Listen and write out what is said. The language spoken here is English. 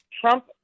Trump